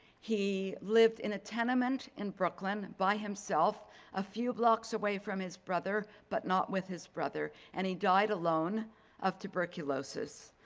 he lived in a tenement in brooklyn by himself a few blocks away from his brother but not with his brother and he died alone of tuberculosis.